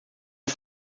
ist